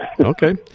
Okay